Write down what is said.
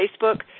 Facebook